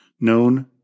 known